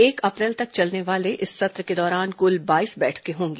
एक अप्रैल तक चलने वाले इस सत्र के दौरान कुल बाईस बैठकें होंगी